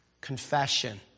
Confession